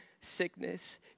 sickness